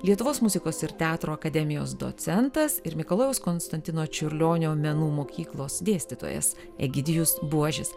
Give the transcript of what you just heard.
lietuvos muzikos ir teatro akademijos docentas ir mikalojaus konstantino čiurlionio menų mokyklos dėstytojas egidijus buožis